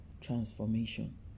transformation